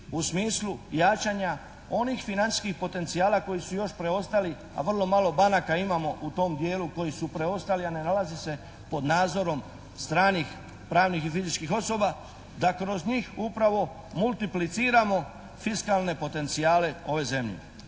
u smislu jačanja onih financijskih potencijala koji su još preostali a vrlo malo banaka imamo u tom dijelu koji su preostali a ne nalaze se pod nadzorom stranih pravnih i fizičkih osoba da kroz njih upravo multiplicirano fiskalne potencijale ove zemlje,